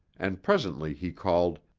and presently he called,